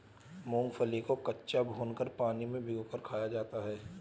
मूंगफली को कच्चा, भूनकर, पानी में भिगोकर खाया जाता है